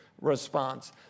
response